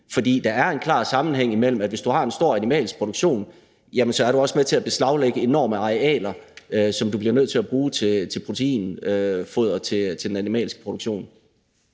for der er en klar sammenhæng her: Hvis du har en stor animalsk produktion, er du også med til at beslaglægge enorme arealer, som du bliver nødt til at bruge til proteinfoder til den animalske produktion.